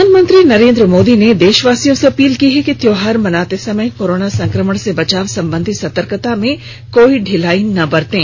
प्रधानमंत्री नरेंद्र मोदी ने देशवासियों से अपील की है कि त्योहार मनाते समय कोरोना संकमण से बचाव संबंधी सतर्कता में कोई ढिलाई न बरतें